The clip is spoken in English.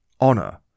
honor